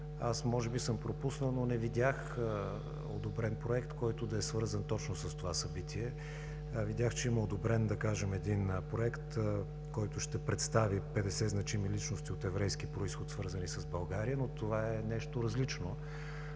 Може да съм пропуснал, но не видях одобрен проект, който да е свързан с това събитие. Видях, че има одобрен да кажем един проект, който ще представи 50 значими личности от еврейски произход, свързани с България, но това е нещо различно.